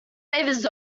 favours